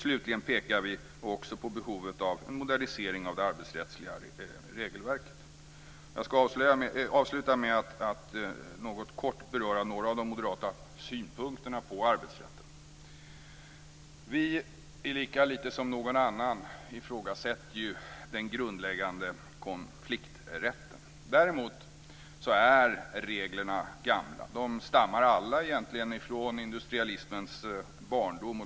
Slutligen pekar vi också på behovet av en modernisering av det arbetsrättsliga regelverket. Jag ska avsluta med att något kort beröra några av de moderata synpunkterna på arbetsrätten. Vi, lika lite som någon annan, ifrågasätter den grundläggande konflikträtten. Däremot är reglerna gamla. De stammar egentligen alla från industrialismens barndom.